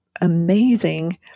amazing